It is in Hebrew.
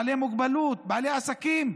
בעלי מוגבלות, בעלי עסקים,